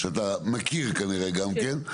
שאתה כנראה גם מכיר,